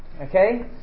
okay